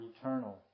eternal